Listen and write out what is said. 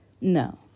No